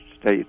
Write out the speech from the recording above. state